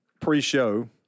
Pre-show